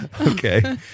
Okay